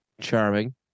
charming